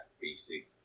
basic